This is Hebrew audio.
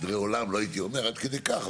לא הייתי אומר עד כדי כך,